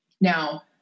Now